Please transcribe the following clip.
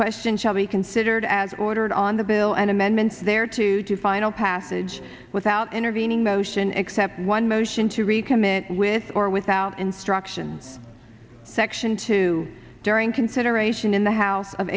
question shall be considered as ordered on the bill an amendment there to do final passage without intervening motion except one motion to recommit with or without instruction section two during consideration in the house of